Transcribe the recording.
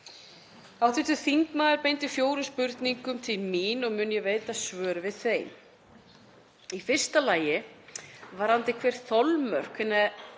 sitt. Hv. þingmaður beindi fjórum spurningum til mín og mun ég veita svör við þeim. Í fyrsta lagi, varðandi hver þolmörk hinna